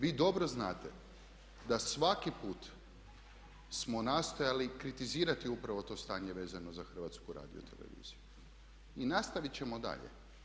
Vi dobro znate da svaki put smo nastojali kritizirati upravo to stanje vezano za Hrvatsku radioteleviziju i nastavit ćemo dalje.